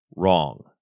wrong